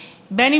בישראל,